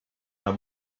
una